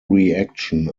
reaction